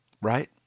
Right